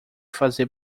fazer